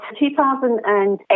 2008